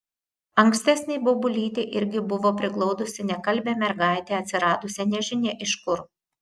ankstesnė bobulytė irgi buvo priglaudusi nekalbią mergaitę atsiradusią nežinia iš kur